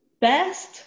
Best